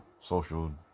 social